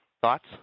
Thoughts